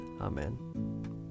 Amen